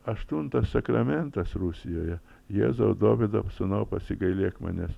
aštuntas sakramentas rusijoje jėzau dovydo sūnau pasigailėk manęs